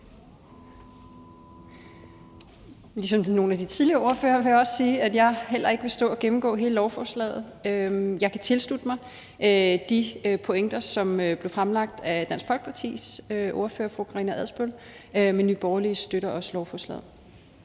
Ligesom nogle af de tidligere ordførere vil jeg også sige, at jeg heller ikke vil stå og gennemgå hele lovforslaget. Jeg kan tilslutte mig de pointer, som blev fremlagt af Dansk Folkepartis ordfører fru Karina Adsbøl. Nye Borgerlige støtter også lovforslaget.